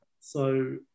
So-